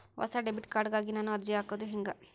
ಹೊಸ debit card ಗಾಗಿ ನಾನು ಅರ್ಜಿ ಹಾಕೊದು ಹೆಂಗ?